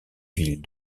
villes